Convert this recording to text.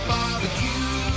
Barbecue